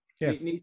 yes